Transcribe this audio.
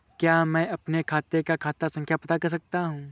क्या मैं अपने खाते का खाता संख्या पता कर सकता हूँ?